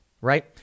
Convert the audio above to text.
Right